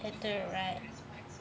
at the right